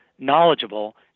knowledgeable